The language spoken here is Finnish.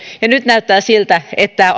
ja nyt näyttää siltä että